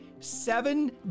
seven